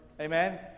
Amen